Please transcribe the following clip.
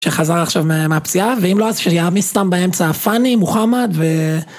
שחזר עכשיו מהפציעה, ואם לא אז שיעמיס סתם באמצע הפאני, מוחמד ו...